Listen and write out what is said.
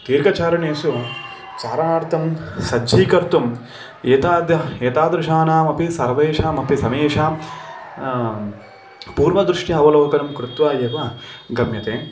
दीर्घचारणेसु चारणार्थं सज्जीकर्तुं एते अद्य एतादृशानामपि सर्वेषामपि समेषां पूर्वदृष्ट्या अवलोकनं कृत्वा एव गम्यते